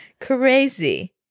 Crazy